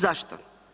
Zašto?